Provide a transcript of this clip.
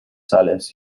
sales